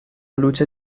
luce